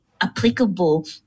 applicable